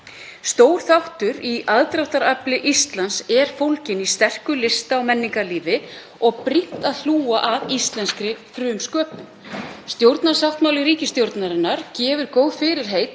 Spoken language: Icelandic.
Stór þáttur í aðdráttarafli Íslands er fólginn í sterku lista- og menningarlífi og brýnt er að hlúa að íslenskri frumsköpun. Stjórnarsáttmáli ríkisstjórnarinnar gefur góð fyrirheit